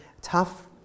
tough